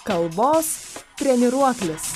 kalbos treniruoklis